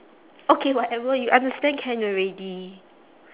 okay whatever you understand can already